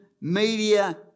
media